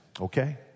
Okay